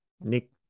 Nick